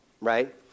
right